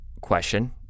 question